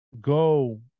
go